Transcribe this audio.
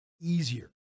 easier